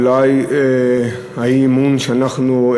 אולי האי-אמון שאנחנו,